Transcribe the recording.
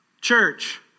Church